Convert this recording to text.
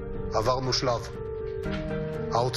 פעולות המלחמה (הוראות